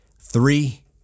Three